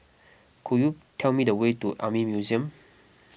could you tell me the way to Army Museum